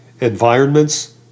environments